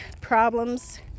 problems